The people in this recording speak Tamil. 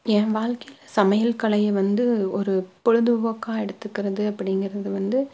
என் வாழ்க்கையில் சமையல் கலையை வந்து ஒரு பொழுதுபோக்காக எடுத்துக்கிறது அப்படிங்கிறது வந்து